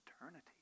eternity